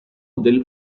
del